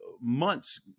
months